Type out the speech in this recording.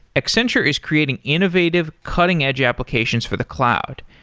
accenture is creating innovative, cutting edge applications for the cloud,